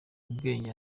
ubwenge